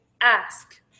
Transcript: ask